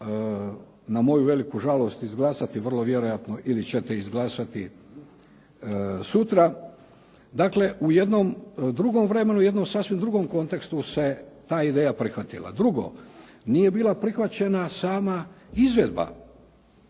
na moju veliku žalost izglasati vrlo vjerojatno ili ćete izglasati sutra. Dakle u jednom drugom vremenu u jednom sasvim drugom kontekstu se ta ideja prihvatila. Drugo, nije bila prihvaćena sama izvedba,